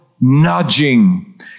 nudging